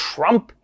Trump